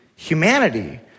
humanity